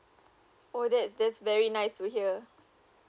oh that's that's very nice to hear